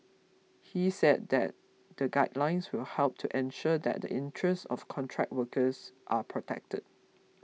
he said that the guidelines will help to ensure that the interests of contract workers are protected